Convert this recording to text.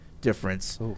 difference